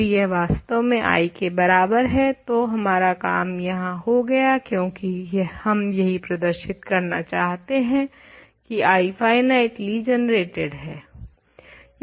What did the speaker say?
यदि यह वास्तव में I के बराबर है तो हमारा काम यहाँ हो गया क्यूंकि हम यही प्रदर्शित करना चाहते हैं की I फाइनाइटली जनरेटेड है